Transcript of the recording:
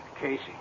Casey